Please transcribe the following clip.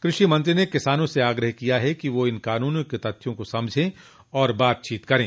कृषि मंत्री ने किसानों से आग्रह किया कि वे इन कानूनों के तथ्यों को समझें और बातचीत करें